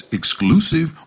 exclusive